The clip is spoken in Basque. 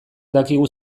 dakigu